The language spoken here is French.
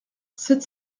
sept